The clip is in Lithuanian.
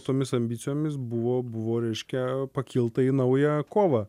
tomis ambicijomis buvo buvo reiškia pakilta į naują kovą